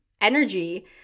energy